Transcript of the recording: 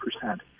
percent